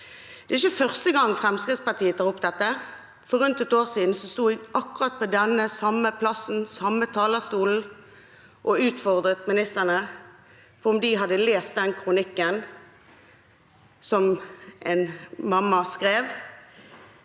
Det er ikke første gang Fremskrittspartiet tar opp dette. For rundt et år siden sto vi på akkurat den samme plassen, på den samme talerstolen, og utfordret ministrene på om de hadde lest den kronikken som en mamma skrev